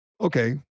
okay